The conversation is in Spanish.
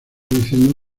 diciendo